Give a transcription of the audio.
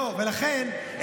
ולכן,